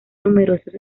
numerosos